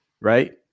Right